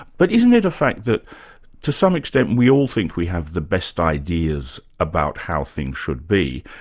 but isn't it a fact that to some extent we all think we have the best ideas about how things should be?